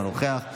אינו נוכח,